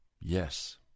Yes